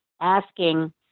asking